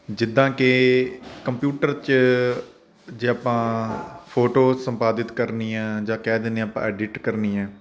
ਜਿੱਦਾਂ ਕਿ ਕੰਪਿਊਟਰ 'ਚ ਜੇ ਆਪਾਂ ਫੋਟੋ ਸੰਪਾਦਿਤ ਕਰਨੀ ਹੈ ਜਾਂ ਕਹਿ ਦਿੰਦੇ ਹਾਂ ਆਪਾਂ ਐਡਿਟ ਕਰਨੀ ਹੈ